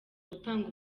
gutanga